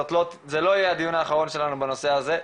זה לא יהיה הדיון האחרון שלנו בנושא הזה,